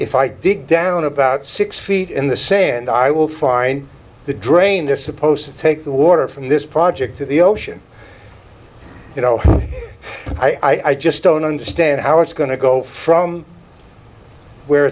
if i dig down about six feet in the sand i will find the drain they're supposed to take the water from this project to the ocean you know i just don't understand how it's going to go from where